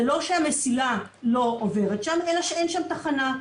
זה לא שהמסילה לא עוברת שם אלא שאין שם תחנה,